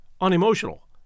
unemotional